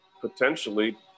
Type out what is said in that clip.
potentially